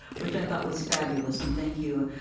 which i thought was fabulous, and thank you.